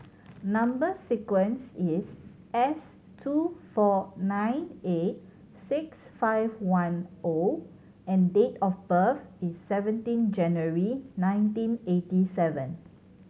number sequence is S two four nine eight six five one O and date of birth is seventeen January nineteen eighty seven